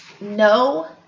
No